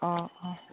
ꯑꯥ ꯑꯥ